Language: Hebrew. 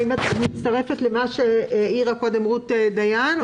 האם את מצטרפת אל מה שהעירה קודם רות דיין מדר?